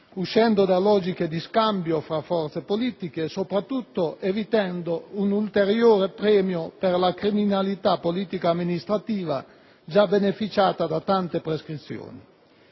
uscendo da logiche di scambio fra le forze politiche e soprattutto evitando un ulteriore premio per la criminalità politico-amministrativa già beneficiata da tante prescrizioni.